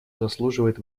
заслуживает